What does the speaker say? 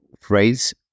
phrase